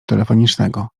telefonicznego